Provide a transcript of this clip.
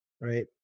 Right